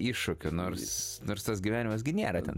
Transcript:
iššūkių nors nors tas gyvenimas gi nėra ten